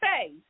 face